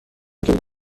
کلید